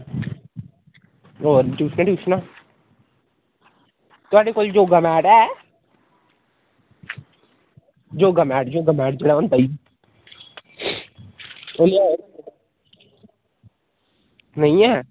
होर ट्यूशन थुआढ़े कोल योगा मैट ऐ योगा मैट योगा मैट तां होई जायो नेईं ऐ